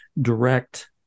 direct